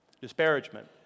Disparagement